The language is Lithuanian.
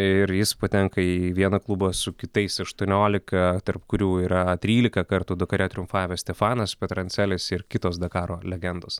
ir jis patenka į vieną klubą su kitais aštuoniolika tarp kurių yra trylika kartų dakare triumfavęs stefanas peterancelis ir kitos dakaro legendos